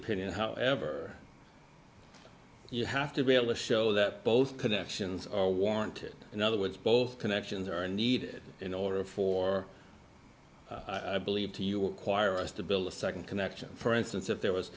opinion however you have to be able to show that both connections are warranted in other words both connections are needed in order for i believe to your choir is to build a second connection for instance if there was